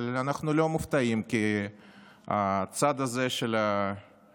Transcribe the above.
אבל אנחנו לא מופתעים כי הצד הזה של המליאה